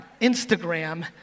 Instagram